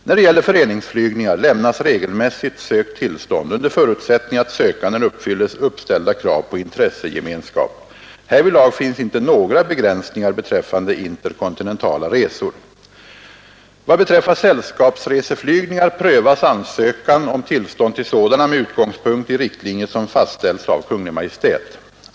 När det gäller föreningsflygningar lämnas regelmässigt sökt tillstånd under förutsättning att sökanden uppfyller uppställda krav på intressegemenskap. Härvidlag finns inte några begränsningar beträffande interkontinentala resor. Vad beträffar sällskapsreseflygningar prövas ansökan om tillstånd till sådana med utgångspunkt i riktlinjer som fastställs av Kungl. Maj:t.